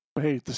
hey